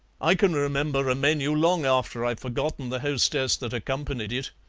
i can remember a menu long after i've forgotten the hostess that accompanied it.